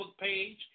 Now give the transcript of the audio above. page